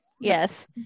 Yes